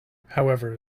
however